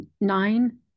nine